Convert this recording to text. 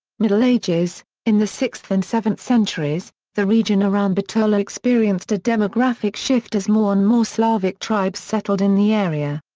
middle ages in the sixth and seventh centuries, the region around bitola experienced a demographic shift as more and more slavic tribes settled in the area.